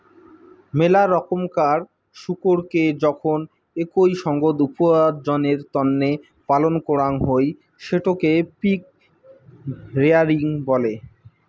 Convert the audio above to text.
মেলা রকমকার শুকোরকে যখন একই সঙ্গত উপার্জনের তন্নে পালন করাং হই সেটকে পিগ রেয়ারিং বলে